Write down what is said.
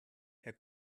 herr